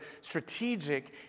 strategic